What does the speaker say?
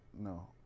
No